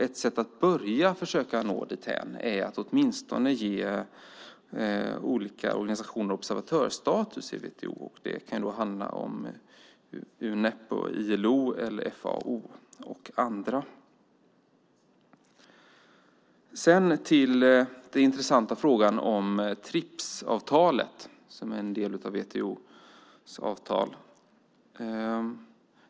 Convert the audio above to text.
Ett sätt att börja försöka nå dithän är att ge olika organisationer observatörsstatus i WTO. Det kan handla om Unep, ILO eller FAO och andra. Sedan till den intressanta frågan om TRIPS-avtalet, som är en del av WTO:s avtal.